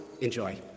Enjoy